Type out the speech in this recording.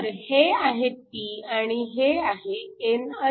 तर हे आहे p आणि हे आहे n